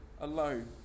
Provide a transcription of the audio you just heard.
alone